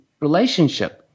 relationship